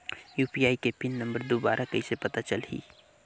UPI के pin number दुबारा कइसे पता चलही?